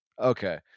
Okay